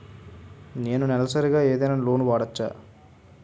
నేను నెలసరిగా ఏదైనా లోన్ పొందవచ్చా?